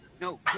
No